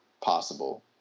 possible